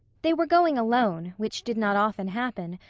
they were going alone, which did not often happen,